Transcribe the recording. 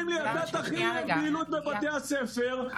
אני גאה בצבא שלנו,